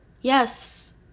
Yes